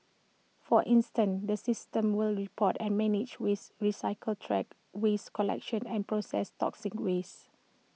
for instance the system will report and manage waste recycling track waste collection and processed toxic waste